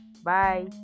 Bye